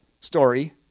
story